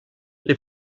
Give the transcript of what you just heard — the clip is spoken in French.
les